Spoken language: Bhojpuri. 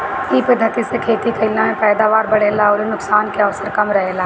इ पद्धति से खेती कईला में पैदावार बढ़ेला अउरी नुकसान के अवसर कम रहेला